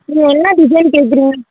நீங்கள் என்ன டிசைன் கேட்குறீங்க